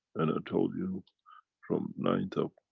and i told you from ninth of